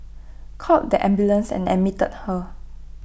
called the ambulance and admitted her